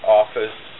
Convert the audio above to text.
office